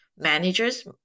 managers